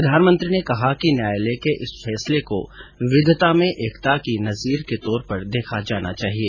प्रधानमंत्री ने कहा कि न्यायालय के इस फैसले को विविधता में एकता की नजीर के तौर पर देखा जाना चाहिए